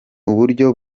uburyo